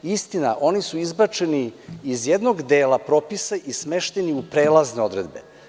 Istina, oni su izbačeni iz jednog dela propisa i smešteni u prelazne odredbe.